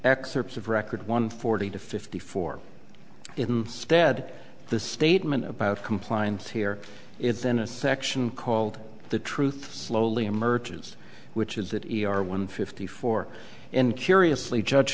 excerpts of record one forty to fifty four instead the statement about compliance here is in a section called the truth slowly emerges which is that each one fifty four in curiously judge